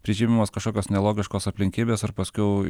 prižymimos kažkokios nelogiškos aplinkybės ar paskiau